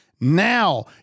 Now